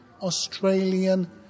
Australian